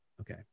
okay